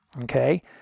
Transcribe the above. Okay